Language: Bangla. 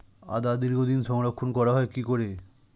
আদা দীর্ঘদিন সংরক্ষণ করা হয় কি করে?